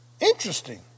Interesting